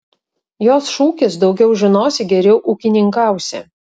jos šūkis daugiau žinosi geriau ūkininkausi